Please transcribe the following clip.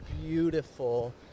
beautiful